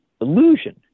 illusion